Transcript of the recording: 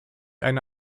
eine